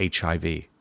HIV